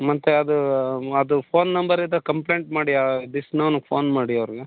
ಮತ್ತು ಅದು ಅದು ಫೋನ್ ನಂಬರಿದ್ದರೆ ಕಂಪ್ಲೇಂಟ್ ಮಾಡಿ ಆ ಡಿಶ್ನವ್ನಿಗೆ ಫೋನ್ ಮಾಡಿ ಅವ್ರಿಗೆ